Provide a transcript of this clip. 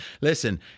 listen